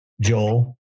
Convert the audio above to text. Joel